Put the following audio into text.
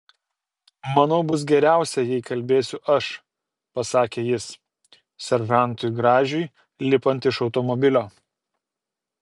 manau bus geriausia jei kalbėsiu aš pasakė jis seržantui gražiui lipant iš automobilio